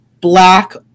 black